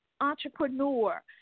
entrepreneur